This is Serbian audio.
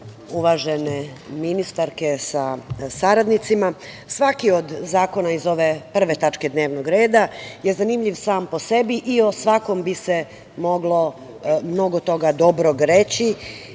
ministarke sa saradnicima, svaki od zakona iz ove prve tačke dnevnog reda je zanimljiv sam po sebi i o svakom bi se moglo mnogo toga dobrog reći,